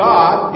God